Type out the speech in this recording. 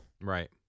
Right